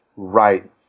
right